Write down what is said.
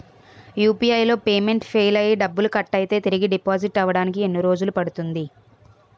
UPI లో payment fail అయ్యి డబ్బులు కట్ అయితే తిరిగి డిపాజిట్ అవ్వడానికి ఎన్ని రోజులు పడుతుంది?